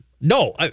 No